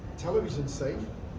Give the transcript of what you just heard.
television's safe.